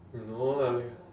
no lah